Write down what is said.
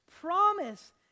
promise